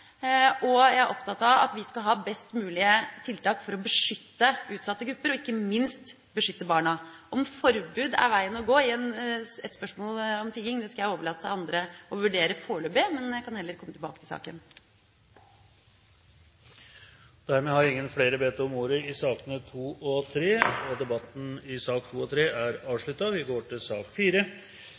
og jeg er opptatt av at vi skal ha best mulige tiltak for å beskytte utsatte grupper, og ikke minst beskytte barna. Om forbud er veien å gå i et spørsmål om tigging, skal jeg overlate til andre å vurdere foreløpig, men jeg kan heller komme tilbake til saken. Flere har ikke bedt om ordet til sakene nr. 2 og